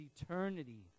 eternity